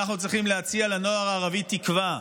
אנחנו צריכים להציע לנוער הערבי תקווה.